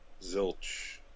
zilch